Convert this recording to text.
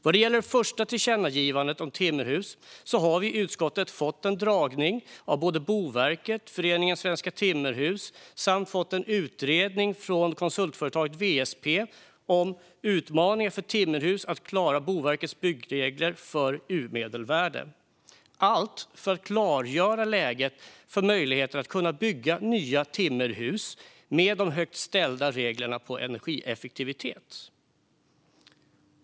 Vad det gäller det första tillkännagivandet om timmerhus har utskottet fått en dragning av både Boverket och Föreningen Svenska Timmerhus samt en utredning från konsultföretaget WSP om utmaningar för timmerhus att klara Boverkets byggregler för U-medelvärde. Allt detta har vi gjort för att klargöra läget för möjligheten att bygga nya timmerhus med de högt ställda kraven på energieffektivitet.